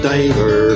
Diver